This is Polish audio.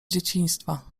dzieciństwa